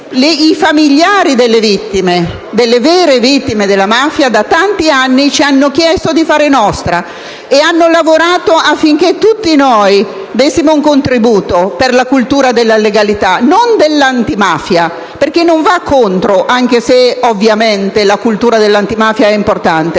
i familiari delle vere vittime della mafia ci hanno chiesto di fare nostra, e hanno lavorato affinché tutti noi dessimo un contributo per la cultura della legalità, e non dall'antimafia, anche se ovviamente la cultura dell'antimafia è importante,